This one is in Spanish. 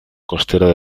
costera